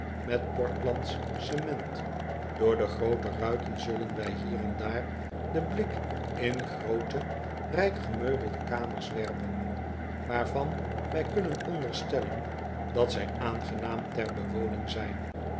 met portlandsch cement oor de groote ruiten zullen wij hier en daar den blik in groote rijk gemeubelde kamers werpen waarvan wij kunnen onderstellen dat zij aangenaam ter bewoning zijn